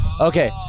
Okay